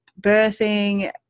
birthing